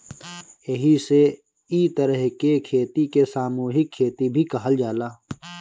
एही से इ तरह के खेती के सामूहिक खेती भी कहल जाला